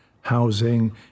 housing